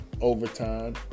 overtime